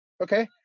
Okay